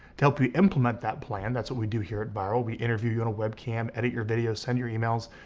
to help you implement that plan. that's what we do here at vyral. we interview on and a webcam, edit your videos, send your emails.